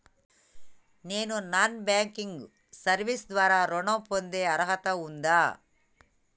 నేను non banking service ద్వారా ఋణం పొందే అర్హత ఉందా?